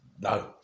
no